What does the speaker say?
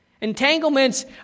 Entanglements